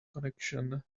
connection